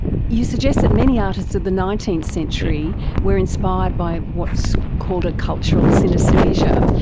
you suggest that many artists of the nineteenth century were inspired by what's called a cultural synaesthesia.